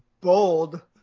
bold